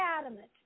adamant